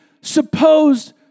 supposed